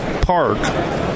park